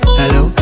hello